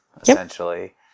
essentially